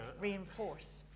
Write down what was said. reinforce